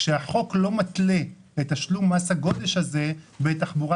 כשהחוק לא מתלה את תשלום מס הגודש הזה בתחבורה